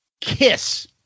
Kiss